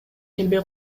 келбей